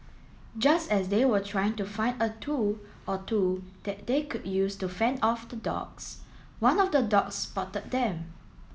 just as they were trying to find a tool or two that they could use to fend off the dogs one of the dogs spotted them